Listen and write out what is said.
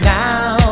now